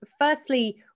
firstly